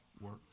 work